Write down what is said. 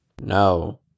No